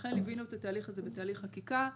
ולכן ליווינו את התהליך הזה בתהליך חקיקה.